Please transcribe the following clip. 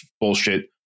bullshit